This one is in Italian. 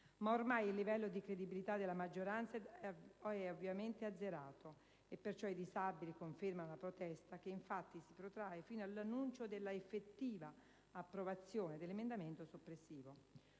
però, il livello di credibilità della maggioranza è ovviamente azzerato e perciò i disabili confermano la protesta che, infatti, si protrae fino all'annuncio della effettiva approvazione dell'emendamento soppressivo.